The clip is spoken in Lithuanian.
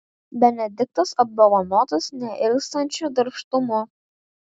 benediktas apdovanotas neilstančiu darbštumu